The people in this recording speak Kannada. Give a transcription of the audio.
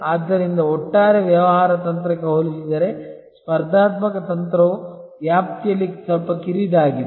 ಆದ್ದರಿಂದ ಒಟ್ಟಾರೆ ವ್ಯವಹಾರ ತಂತ್ರಕ್ಕೆ ಹೋಲಿಸಿದರೆ ಸ್ಪರ್ಧಾತ್ಮಕ ತಂತ್ರವು ವ್ಯಾಪ್ತಿಯಲ್ಲಿ ಸ್ವಲ್ಪ ಕಿರಿದಾಗಿದೆ